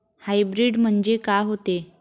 Hybrid म्हनजे का होते?